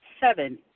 Seven